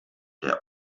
der